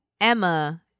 Emma